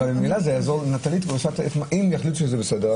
אבל אם היא תגיד שזה בסדר,